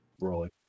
rolling